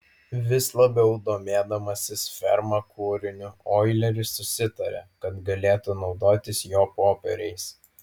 vis labiau domėdamasis ferma kūriniu oileris susitarė kad galėtų naudotis jo popieriais